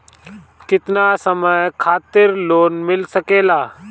केतना समय खातिर लोन मिल सकेला?